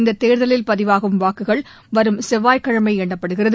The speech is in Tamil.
இந்த தேர்தலில் பதிவாகும் வாக்குகள் வரும் செவ்வாய்கிழமை எண்ணப்படுகிறது